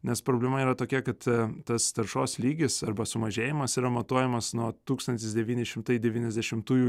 nes problema yra tokia kad tas taršos lygis arba sumažėjimas yra matuojamas nuo tūkstantis devyni šimtai devyniasdešimtųjų